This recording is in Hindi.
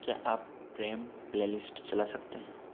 क्या आप प्रेम प्लैलिस्ट चला सकते हैं